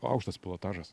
aukštas pilotažas